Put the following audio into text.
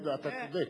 אתה צודק.